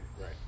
Right